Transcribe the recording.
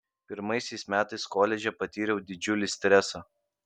pirmaisiais metais koledže patyriau didžiulį stresą